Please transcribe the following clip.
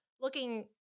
looking